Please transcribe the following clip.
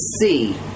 see